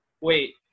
wait